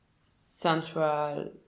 central